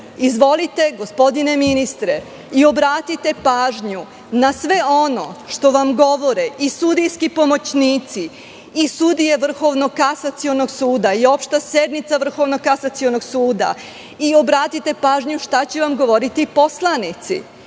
izvolite, gospodine ministre, obratite pažnju na sve ono što vam govore sudijski pomoćnici i sudije Vrhovnog kasacionog suda i opšta sednica Vrhovnog kasacionog suda, obratite pažnju šta će vam govoriti poslanici